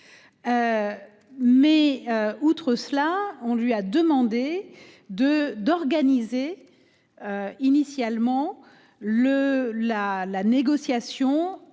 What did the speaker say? Mais. Outre cela, on lui a demandé de d'organiser. Initialement, le la la négociation